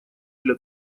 для